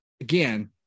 again